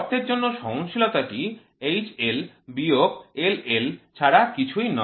গর্তের জন্য সহনশীলতাটি H L বিয়োগ LL ছাড়া কিছুই নয়